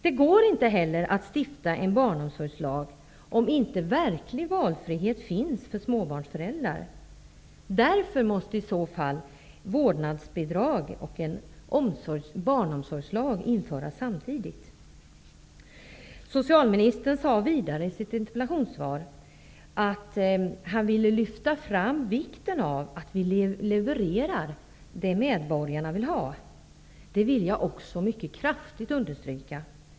Det går inte heller att stifta en barnomsorgslag om verklig valfrihet för småbarnsföräldrar inte finns. Därför måste i så fall vårdnadsbidrag och en barnomsorgslag införas samtidigt. Vidare sade socialministern i sitt interpellationssvar att han ville lyfta fram vikten av att vi levererar vad medborgarna vill ha. Det vill jag också mycket kraftigt understryka.